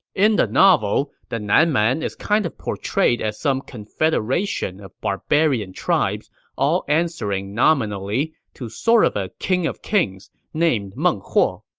in the novel, the nan man is kind of portrayed as some confederation of barbarian tribes all answering nominally to sort of a king of kings named meng huo.